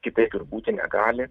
kitaip ir būti negali